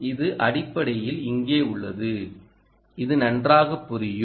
இது அடிப்படையில் இங்கே உள்ளது இது நன்றாக புரியும்